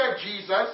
Jesus